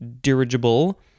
dirigible